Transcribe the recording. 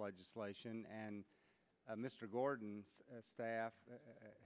legislation and mr gordon staff